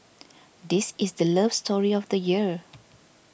this is the love story of the year